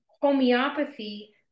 homeopathy